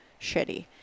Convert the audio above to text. shitty